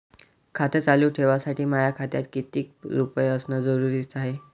खातं चालू ठेवासाठी माया खात्यात कितीक रुपये असनं जरुरीच हाय?